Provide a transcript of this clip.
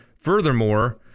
furthermore